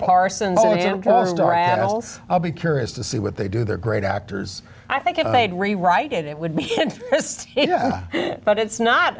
rattles i'll be curious to see what they do they're great actors i think it made rewrite and it would be but it's not